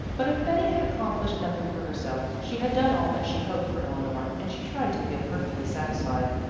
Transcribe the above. but if betty had accomplished nothing for herself, she had done all that she hoped for eleanor, and she tried to feel perfectly satisfied.